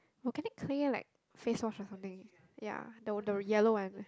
volcanic clay like face wash or something ya the the yellow one